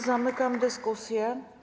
Zamykam dyskusję.